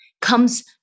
comes